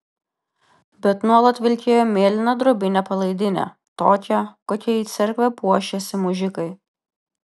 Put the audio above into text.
bet nuolat vilkėjo mėlyną drobinę palaidinę tokią kokia į cerkvę puošiasi mužikai